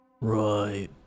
Right